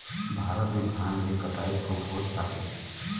भारत में धान के कटाई खूब होत बाटे